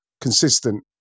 consistent